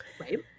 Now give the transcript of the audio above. Right